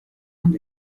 und